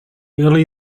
early